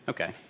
Okay